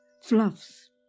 fluffs